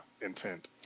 intent